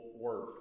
work